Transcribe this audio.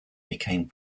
became